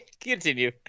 Continue